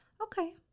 Okay